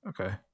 okay